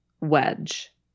Wedge